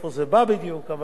משפרת את הפנסיה.